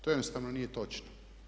To jednostavno nije točno.